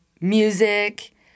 music